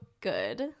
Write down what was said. good